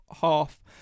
half